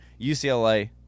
UCLA